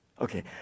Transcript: Okay